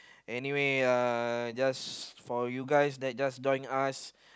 anyway uh just for you guys that just join us